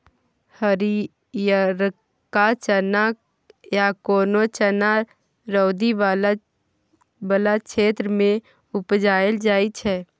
हरियरका चना या कोनो चना रौदी बला क्षेत्र मे उपजाएल जाइ छै